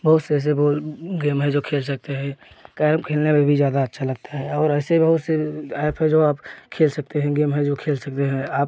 बहुत से ऐसे गोल गेम है जो खेल सकते हैं कैरम खेलने में भी ज़्यादा अच्छा लगता है और ऐसे बहुत से ऐप हैं जो आप खेल सकते हैं गेम हैं जो खेल सकते हैं आप